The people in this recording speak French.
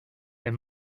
est